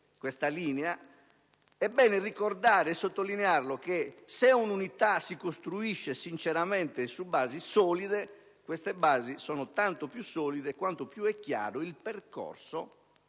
questa linea), è bene ricordare e sottolineare che se l'unità si costruisce sinceramente e su basi solide, queste ultime sono tanto più solide quanto più è chiaro il percorso